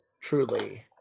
Truly